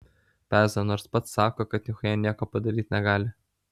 peza nors pats sako kad nichuja nieko padaryt negali